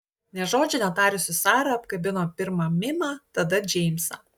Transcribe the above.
nė žodžio netarusi sara apkabino pirma mimą tada džeimsą